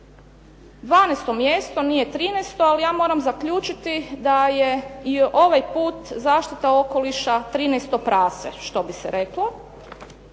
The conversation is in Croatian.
mjesto, nije trinaesto, ali ja moram zaključiti da je i ovaj put zaštita okoliša trinaesto prase što bi se reklo.